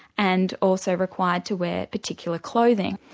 and also required to wear particular clothing.